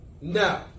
No